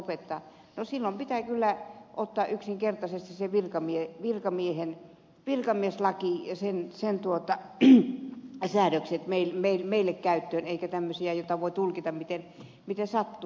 no silloin pitää kyllä ottaa yksinkertaisesti virkamieslaki ja sen säädökset meille käyttöön eikä tämmöisiä joita voi tulkita miten sattuu